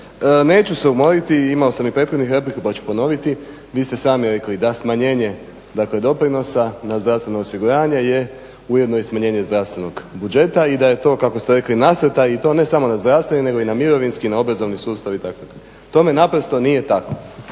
Neću se umoriti, imao sam i prethodnih replika pa ću ponoviti, vi ste sami rekli da smanjenje dakle doprinosa na zdravstveno osiguranje je ujedno i smanjenje zdravstvenog budžeta i da je to kako ste rekli nasrtaj i to ne samo na zdravstveni nego i na mirovinski i na obrazovni sustav itd. Tome naprosto nije tako.